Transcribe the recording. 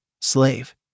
Slave